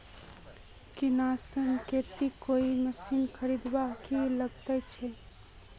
किसानेर केते कोई मशीन खरीदवार की लागत छे?